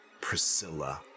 Priscilla